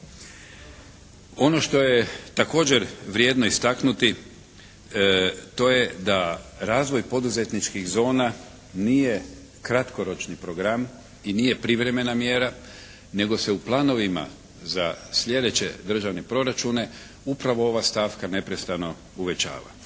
Ono što je također vrijedno istaknuti to je da razvoj poduzetničkih zona nije kratkoročni program i nije privremena mjera nego se u planovima za sljedeće državni proračune upravo ova stavka neprestano uvećava.